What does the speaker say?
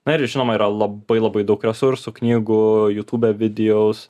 na ir žinoma yra labai labai daug resursų knygų jūtube videaus